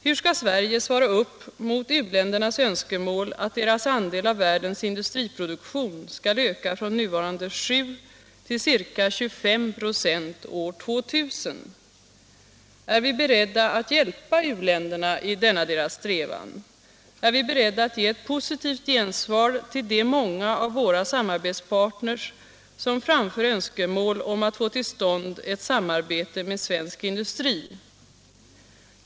Hur skall Sverige svara upp mot u-ländernas önskemål att deras andel av världens industriproduktion skall öka från nuvarande 7 96 till ca 25 96 år 2000? Är vi beredda att hjälpa u-länderna i denna deras strävan? Är vi beredda att ge ett positivt gensvar till de många av våra samarbetspartner som framför önskemål om att få till stånd ett samarbete med svensk industri?